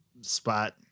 spot